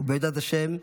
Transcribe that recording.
ובעזרת השם,